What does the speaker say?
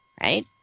right